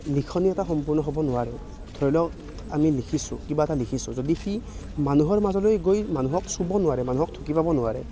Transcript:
লিখনি এটা সম্পুৰ্ণ হ'ব নোৱাৰে ধৰি লওক আমি লিখিছোঁ কিবা এটা লিখিছোঁ যদি সি মানুহৰ মাজলৈ গৈ মানুহক চুব নোৱাৰে মানুহক ঢুকি পাব নোৱাৰে